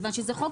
כי זה חוק